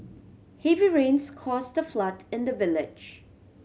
heavy rains caused a flood in the village